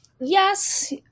yes